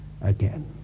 again